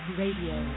radio